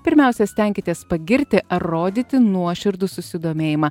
pirmiausia stenkitės pagirti ar rodyti nuoširdų susidomėjimą